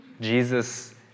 Jesus